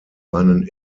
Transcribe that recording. einen